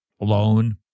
Alone